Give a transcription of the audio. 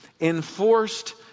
enforced